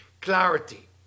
clarity